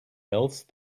else